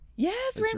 Yes